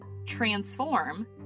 transform